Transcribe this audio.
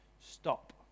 stop